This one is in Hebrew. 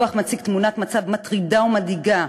הדוח מציג תמונת מצב מטרידה ומדאיגה